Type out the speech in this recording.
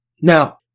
Now